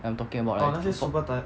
I'm talking about that